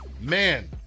man